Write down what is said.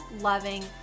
loving